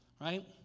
right